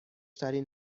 ترین